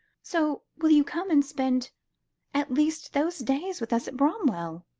so will you come and spend at least those days with us at bramwell?